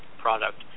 product